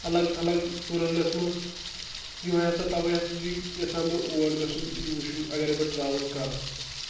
اَلگ تھلگ ؤرلڈس منٛز یِہَے ہَسا تَوَے ہَسا چھِی یژھان بہٕ اور گژھُن یہِ وُچھُن اَگر بہٕ ٹرٛیوٕل کرٕ